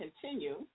continue